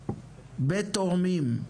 ותורמים.